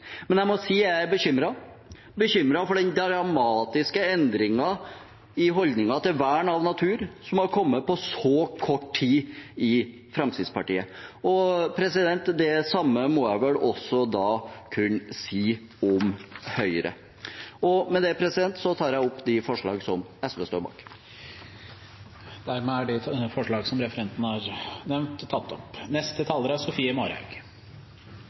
men jeg må si jeg er bekymret – bekymret for den dramatiske endringen i holdningen til vern av natur som har kommet på så kort tid i Fremskrittspartiet. Det samme må jeg vel også da kunne si om Høyre. Med det tar jeg opp det forslaget SV står bak.